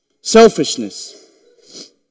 selfishness